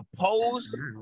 oppose